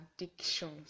Addictions